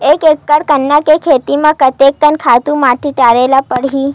एक एकड़ गन्ना के खेती म कते कन खातु माटी डाले ल पड़ही?